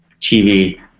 TV